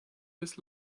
this